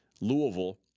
Louisville